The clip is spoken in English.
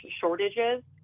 shortages